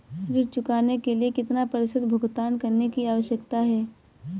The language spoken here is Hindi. ऋण चुकाने के लिए कितना प्रतिशत भुगतान करने की आवश्यकता है?